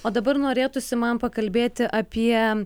o dabar norėtųsi man pakalbėti apie